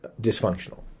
dysfunctional